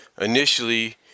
initially